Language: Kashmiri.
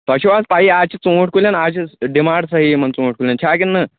تۄہہِ چھُ حظ پَییی آز چھِ ژوٗںٛٹھ کُلٮ۪ن آز چھِ ڈِمانٛڈ صحیح یِمَن ژوٗنٛٹھ کُلٮ۪ن چھَ کِنہٕ نہٕ